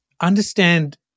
understand